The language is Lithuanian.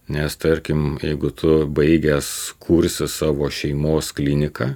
nes tarkim jeigu tu baigęs kursi savo šeimos kliniką